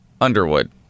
Underwood